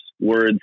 Words